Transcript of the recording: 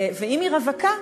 ואם היא רווקה,